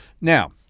Now